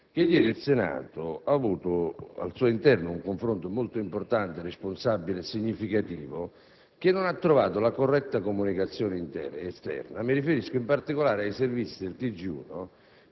ieri il Senato ha avuto al suo interno un confronto importante, responsabile e significativo che non ha trovato una corretta comunicazione esterna. Mi riferisco in particolare ai servizi del TG1